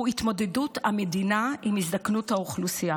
הוא התמודדות המדינה עם הזדקנות האוכלוסייה.